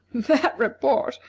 that report,